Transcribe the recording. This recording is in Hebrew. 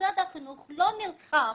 שמשרד החינוך לא נלחם